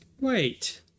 Wait